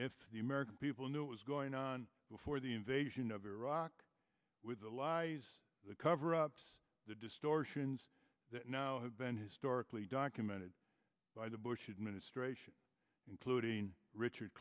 if the american people knew it was going on before the invasion of iraq with the cover ups the distortions that now have been historically documented by the bush administration including richard